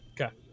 Okay